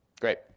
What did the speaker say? Great